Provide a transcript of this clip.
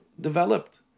developed